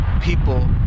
people